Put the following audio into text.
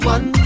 One